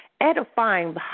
edifying